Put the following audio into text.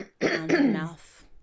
Enough